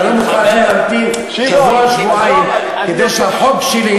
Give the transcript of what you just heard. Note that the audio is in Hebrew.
אתה לא מוכן להמתין שבוע-שבועיים כדי שהחוק שלי,